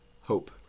Hope